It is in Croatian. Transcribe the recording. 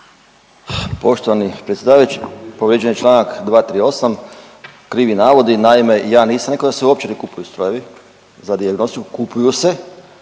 Poštovani predsjedavajući, povrijeđen je čl. 238., krivi navodi, naime ja nisam rekao da se uopće ne kupuju stvari za dijagnostiku, kupuju se,